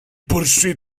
poursuit